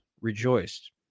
rejoiced